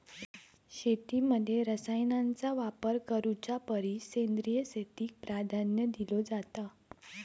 शेतीमध्ये रसायनांचा वापर करुच्या परिस सेंद्रिय शेतीक प्राधान्य दिलो जाता